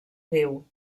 viu